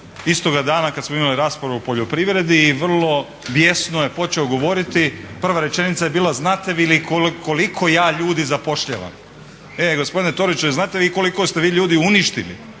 istoga dana kada smo imali raspravu o poljoprivredi i vrlo bijesno je počeo govoriti. Prva rečenica je bila znate li vi koliko ja ljudi zapošljavam. E gospodine Todoriću, jel znate vi koliko ste vi ljudi uništili,